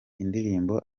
indirimbo